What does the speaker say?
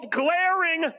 glaring